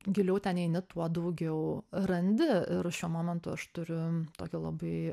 giliau ten eini tuo daugiau randi ir šiuo momentu aš turiu tokią labai